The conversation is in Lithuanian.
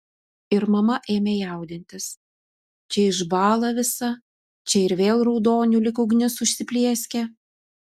ir mama ėmė jaudintis čia išbąla visa čia ir vėl raudoniu lyg ugnis užsiplieskia